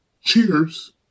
Cheers